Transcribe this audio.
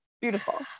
beautiful